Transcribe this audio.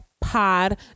pod